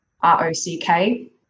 R-O-C-K